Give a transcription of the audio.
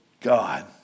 God